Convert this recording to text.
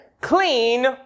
clean